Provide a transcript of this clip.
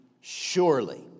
surely